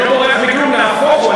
אני לא בורח מכלום, נהפוך הוא.